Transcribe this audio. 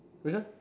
which one